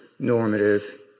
normative